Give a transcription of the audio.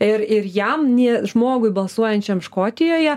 ir ir jam nė žmogui balsuojančiam škotijoje